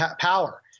power